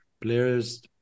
players